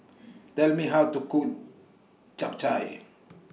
Tell Me How to Cook Japchae